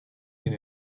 den